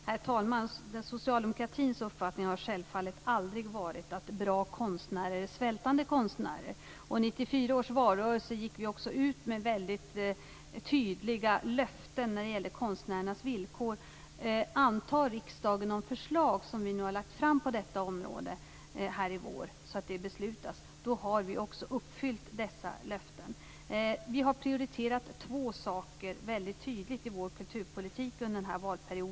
Herr talman! Socialdemokratins uppfattning har självfallet aldrig varit att bra konstnärer är svältande konstnärer. I 1994 års valrörelse gick vi också ut med väldigt tydliga löften om konstnärernas villkor. Om riksdagen nu i vår antar de förslag vi lägger fram på detta område har vi också uppfyllt dessa löften. I vår kulturpolitik under den här valperioden har vi mycket tydligt prioriterat två saker.